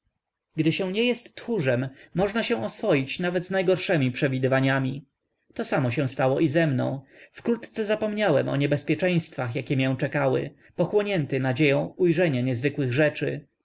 gdy się nie jest tchórzem można się oswoić nawet z najgorszemi przewidywaniami to samo się stało i ze mną wkrótce zapomniałem o niebezpieczeństwach jakie mię czekały pochłonięty nadzieją ujrzenia niezwykłych rzeczy